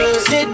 Sit